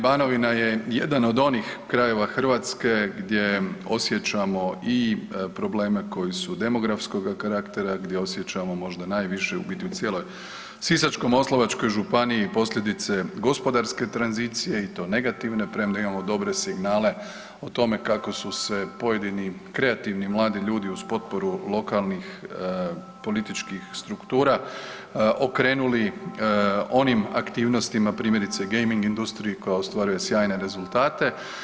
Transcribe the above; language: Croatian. Banovina je jedan od onih krajeva Hrvatske gdje osjećamo i probleme koji su demografskoga karaktera, gdje osjećamo možda najviše u biti, u cijeloj Sisačko-moslavačkoj županiji posljedice gospodarske tranzicije, i to negativne, premda imamo dobre signale o tome kako su se pojedini kreativni mladi ljudi uz potporu lokalnih političkih struktura okrenuli onim aktivnostima, primjerice gaming industriji koja ostvaruje sjajne rezultate.